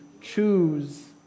choose